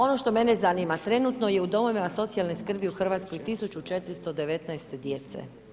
Ono što mene zanima, trenutno je u domovima socijalne skrbi u Hrvatskoj 1419 djece.